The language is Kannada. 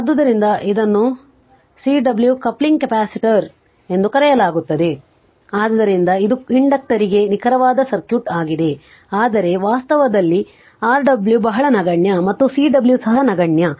ಆದ್ದರಿಂದ ಇದನ್ನು Cw ಕಪ್ಲಿಂಗ್ ಕೆಪಾಸಿಟರ್ ಎಂದು ಕರೆಯಲಾಗುತ್ತದೆ ಆದ್ದರಿಂದ ಇದು ಇಂಡಕ್ಟರಿಗೆ ನಿಖರವಾದ ಸರ್ಕ್ಯೂಟ್ ಆಗಿದೆ ಆದರೆ ವಾಸ್ತವದಲ್ಲಿ Rw ಬಹಳ ನಗಣ್ಯ ಮತ್ತು Cw ಸಹ ನಗಣ್ಯ